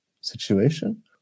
situation